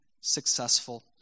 successful